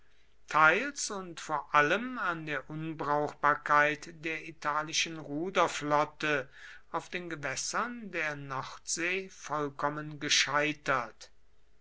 teils und vor allem an der unbrauchbarkeit der italischen ruderflotte auf den gewässern der nordsee vollkommen gescheitert